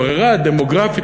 הברירה הדמוגרפית,